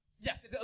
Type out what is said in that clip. Yes